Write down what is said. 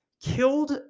killed